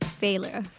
failure